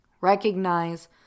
Recognize